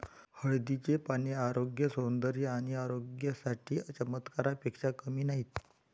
हळदीची पाने आरोग्य, सौंदर्य आणि औषधी साठी चमत्कारापेक्षा कमी नाहीत